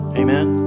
amen